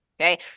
Okay